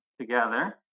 together